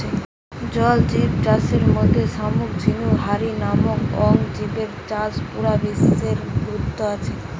জল জিব চাষের মধ্যে শামুক ঝিনুক হারি নরম অং জিবের চাষ পুরা বিশ্ব রে গুরুত্ব আছে